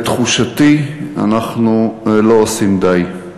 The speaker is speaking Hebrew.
לתחושתי, אנחנו לא עושים די.